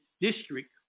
district